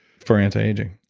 for anti-aging?